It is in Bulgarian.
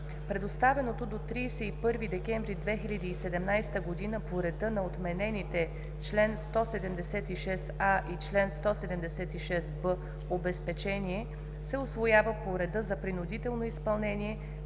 Предоставеното до 31 декември 2017 г. по реда на отменените чл. 176а и чл. 176б обезпечение се усвоява по реда за принудително изпълнение,